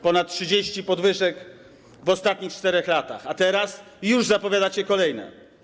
Ponad 30 podwyżek w ostatnich 4 latach, a teraz zapowiadacie kolejne.